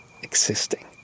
existing